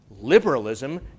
Liberalism